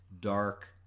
dark